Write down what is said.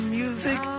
music